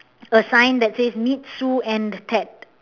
a sign that says meet sue and ted